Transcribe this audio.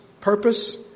purpose